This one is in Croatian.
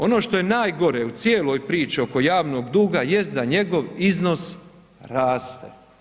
Ono što je najgore u cijeloj priči oko javnog duga jest da njegov iznos raste.